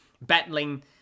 battling